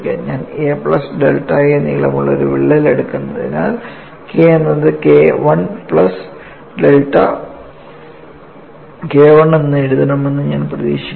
ഞാൻ a plus delta a നീളമുള്ള ഒരു വിള്ളൽ എടുക്കുന്നതിനാൽ K എന്നത് K I plus delta K I എന്ന് എഴുതണമെന്ന് ഞാൻ പ്രതീക്ഷിക്കുന്നു